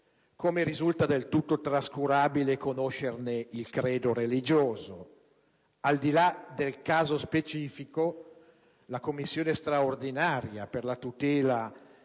come risulta del tutto trascurabile conoscerne il credo religioso: